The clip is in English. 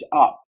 up